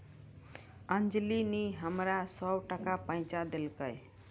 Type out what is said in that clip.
अंजली नी हमरा सौ टका पैंचा देलकै